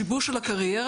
השיבוש של הקריירה,